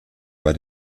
bei